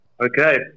Okay